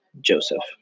Joseph